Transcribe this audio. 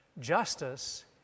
justice